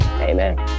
Amen